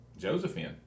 Josephine